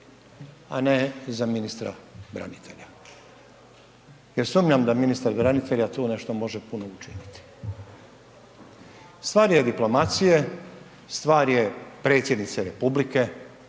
a ne za ministra branitelja, jer sumnjam da ministar branitelja tu nešto može puno učiniti. Stvar je diplomacije, stvar je predsjednice Republike,